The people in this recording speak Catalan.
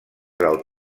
del